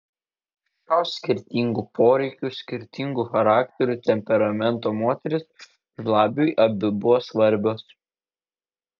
šios skirtingų poreikių skirtingų charakterių temperamento moterys žlabiui abi buvo svarbios